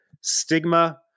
stigma